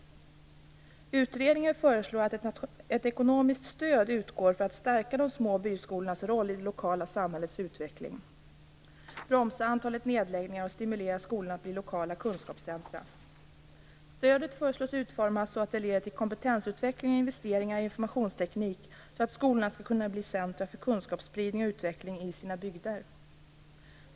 Utredningen föreslår att ett ekonomiskt stöd utgår för att stärka de små byskolornas roll i det lokala samhällets utveckling, bromsa antalet nedläggningar och stimulera skolorna att bli lokala kunskapscentrum. Stödet föreslås utformas så att det leder till kompetensutveckling och investeringar i informationsteknik så att skolorna skall kunna bli centrum för kunskapsspridning och utveckling i sina bygder.